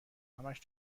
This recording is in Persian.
همش